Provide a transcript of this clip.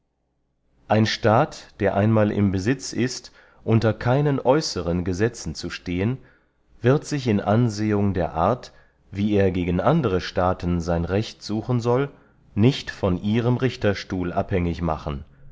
ein staat der einmal im besitz ist unter keinen äußeren gesetzen zu stehen wird sich in ansehung der art wie er gegen andere staaten sein recht suchen soll nicht von ihrem richterstuhl abhängig machen